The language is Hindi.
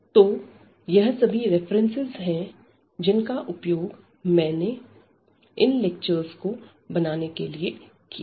तो यह सभी रेफरेंसेस है जिनका उपयोग मैंने इन लेक्चरस को बनाने के लिए किया है